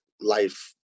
life